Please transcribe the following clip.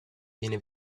viene